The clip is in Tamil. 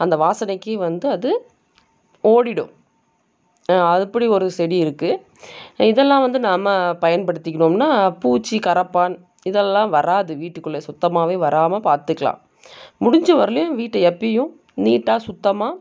அந்த வாசனைக்கு வந்து அது ஓடிவிடும் ஆ அப்படி ஒரு செடி இருக்குது இதெல்லாம் வந்து நாம் பயன்படுத்திக்கினோம்னா பூச்சி கரப்பான் இதெல்லாம் வராது வீட்டுக்குள்ளே சுத்தமாகவே வரமா பார்த்துக்குலாம் முடிஞ்ச வரைலையும் வீட்டை எப்பையும் நீட்டாக சுத்தமாக